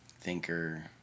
thinker